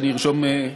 שאני ארשום?